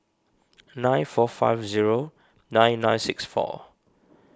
nine four five zero nine nine six four